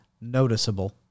noticeable